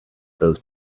those